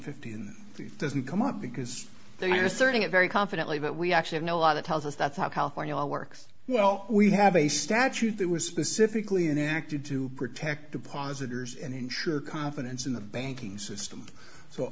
fifteen doesn't come up because they're serving a very confidently but we actually know a lot of tells us that's how california law works well we have a statute that was specifically enacted to protect depositors and ensure confidence in the banking system so